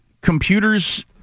computers